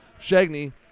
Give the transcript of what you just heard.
Shagney